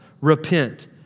repent